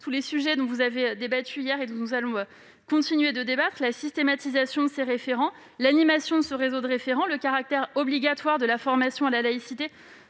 des sujets dont vous avez discuté hier et dont nous allons continuer de débattre : la systématisation de ces référents, l'animation du réseau qu'ils constituent, ou encore le caractère obligatoire de la formation à la laïcité